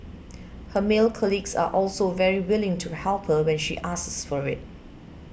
her male colleagues are also very willing to help her when she asks for it